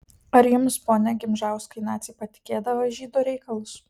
ar jums pone gimžauskai naciai patikėdavo žydų reikalus